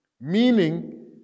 Meaning